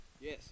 Yes